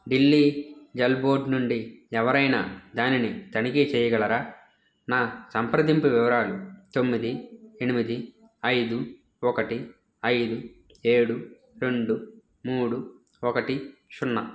Delhi Jal board నుండి ఎవరైనా దానిని తనిఖీ చేయగలరా నా సంప్రదింపు వివరాలు తొమ్మిది ఎనిమిది ఐదు ఒకటి ఐదు ఏడు రెండు మూడు ఒకటి షున్నా